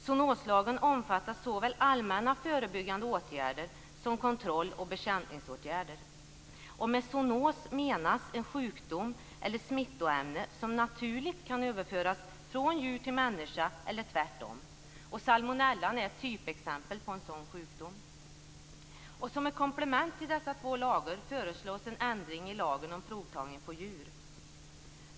Zoonoslagen omfattar såväl allmänna förebyggande åtgärder som kontrolloch bekämpningsåtgärder. Med zoonos menas en sjukdom eller ett smittoämne som naturligt kan överföras från djur till människa eller tvärtom. Salmonella är ett typexempel på en sådan sjukdom. Som ett komplement till dessa två lagar föreslås en ändring i lagen om provtagning på djur.